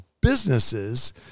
businesses